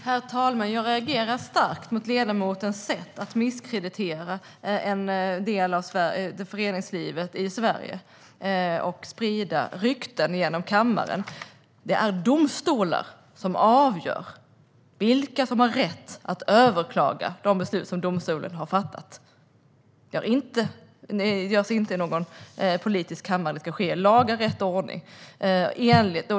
Herr talman! Jag reagerar starkt mot ledamotens sätt att misskreditera föreningslivet i Sverige och sprida rykten i kammaren. Det är domstolar som avgör vilka som har rätt att överklaga de beslut som domstolar har fattat. Jag ser inte att det ska ske politiskt i kammaren. Det ska ske i laga ordning.